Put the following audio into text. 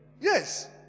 Yes